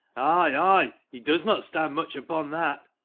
ay, he does not stand much upon that.